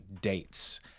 dates